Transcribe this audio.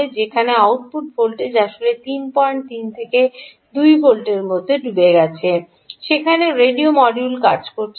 যেখানে output voltage আসলে 33 থেকে 2 ভোল্টে নেমে গেছে সেখানে রেডিও মডিউল কাজ করছে না